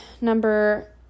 number